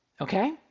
okay